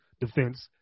defense